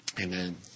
Amen